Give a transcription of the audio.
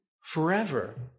forever